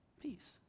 peace